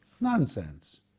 Nonsense